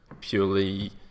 purely